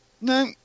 No